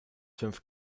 fünf